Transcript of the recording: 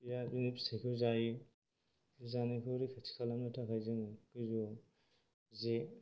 या बेनि फिथाइखौ जायो जानायखौ रैखाथि खालामनो थाखाय जोङो गोजौआव जे